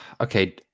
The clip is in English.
Okay